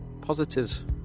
Positives